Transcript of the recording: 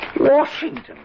Washington